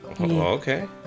Okay